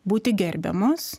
būti gerbiamos